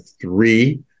three